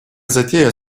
затея